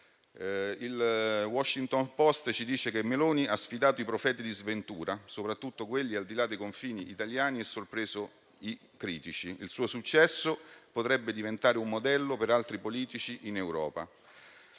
il «Washington Post» ci dice che la Meloni ha sfidato i profeti di sventura, soprattutto quelli al di là dei confini italiani, e sorpreso i critici e che il suo successo potrebbe diventare un modello per altri politici in Europa.